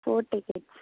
four tickets